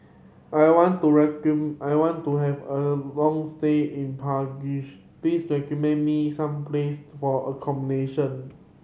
I want to I want to have a long stay in please recommend me some placed for accommodation